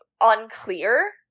unclear